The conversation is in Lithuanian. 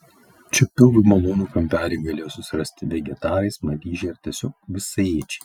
čia pilvui malonų kampelį galėjo susirasti vegetarai smaližiai ar tiesiog visaėdžiai